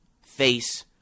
face